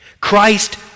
Christ